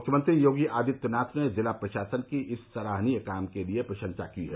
मुख्यमंत्री योगी आदित्यनाथ ने जिला प्रशासन की इस सराहनीय काम के लिये प्रशंसा की है